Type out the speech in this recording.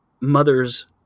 mother's